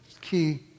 key